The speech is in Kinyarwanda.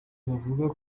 bavuga